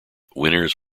winners